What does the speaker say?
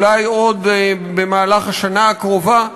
אולי עוד במהלך השנה הקרובה,